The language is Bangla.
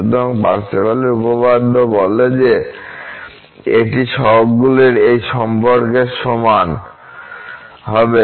সুতরাং পার্সেভালের উপপাদ্য বলে যে এটি সহগগুলির এই সম্পর্কের সমান হবে